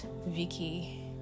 vicky